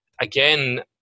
again